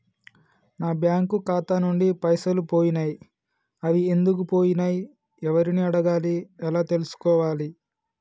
నా బ్యాంకు ఖాతా నుంచి పైసలు పోయినయ్ అవి ఎందుకు పోయినయ్ ఎవరిని అడగాలి ఎలా తెలుసుకోవాలి?